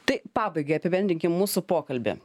tai pabaigai apibendrinkim mūsų pokalbį